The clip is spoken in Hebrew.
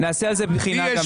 נעשה על זה בחינה.